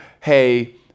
hey